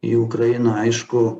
į ukrainą aišku